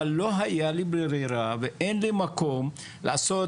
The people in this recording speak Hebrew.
אבל לא הייתה לי ברירה ואין לי מקום לעשות